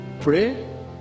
pray